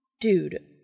Dude